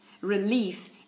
relief